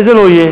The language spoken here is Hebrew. וזה לא יהיה.